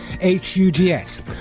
H-U-G-S